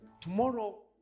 Tomorrow